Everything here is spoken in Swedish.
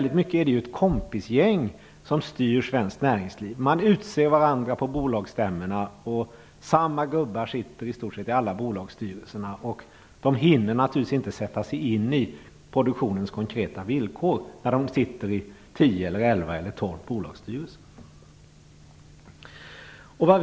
Det är ju ett kompisgäng som styr mycket av det svenska näringslivet. Man utser varandra på bolagsstämmorna. Samma gubbar sitter i stort sett i alla bolagsstyrelser. De hinner naturligtvis inte sätta sig in i produktionens konkreta villkor när de sitter i tio, elva eller tolv bolagsstyrelser.